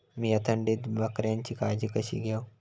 मीया थंडीत बकऱ्यांची काळजी कशी घेव?